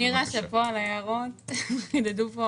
נירה, שאפו על ההערות, חידדו פה